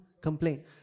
complain